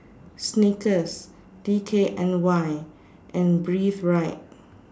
Snickers D K N Y and Breathe Right